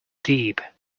deep